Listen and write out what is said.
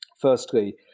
Firstly